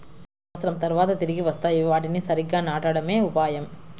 సంవత్సరం తర్వాత తిరిగి వస్తాయి, వాటిని సరిగ్గా నాటడమే ఉపాయం